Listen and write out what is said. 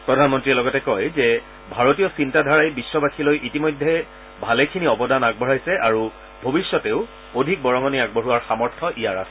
প্ৰধানমন্ত্ৰীয়ে লগতে কয় যে ভাৰতীয় চিন্তাধাৰাই বিশ্ববাসীলৈ ইতিমধ্যে ভালেখিনি অৱদান আগবঢ়াইছে আৰু ভৱিষ্যতেও অধিক বৰঙণি আগবঢ়োৱাৰ সামৰ্থ্য ইয়াৰ আছে